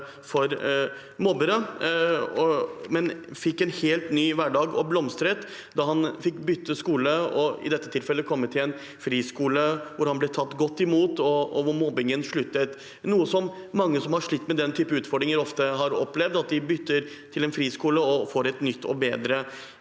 for mobbere, men fikk en helt ny hverdag og blomstret da han fikk bytte skole og i dette tilfellet komme til en friskole hvor han ble tatt godt imot, og hvor mobbingen sluttet. Det er noe mange som har slitt med den typen utfordringer, ofte har opplevd. De bytter til en friskole og får et nytt og bedre